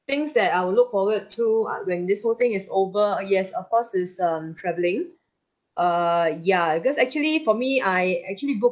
things that I'll look forward to uh when this whole thing is over uh yes of course is um travelling err ya because actually for me I actually booked